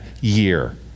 year